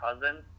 Cousins